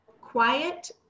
quiet